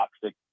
toxic